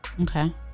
okay